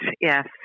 Yes